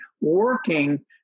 working